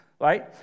right